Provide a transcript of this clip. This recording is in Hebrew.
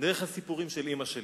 דרך הסיפורים של אמא שלי.